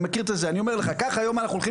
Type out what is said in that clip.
אני אומר לך ככה היום אנחנו הולכים